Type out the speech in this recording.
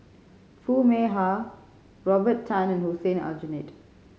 Foo Mee Har Robert Tan and Hussein Aljunied